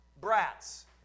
brats